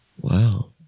Wow